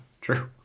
True